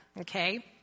okay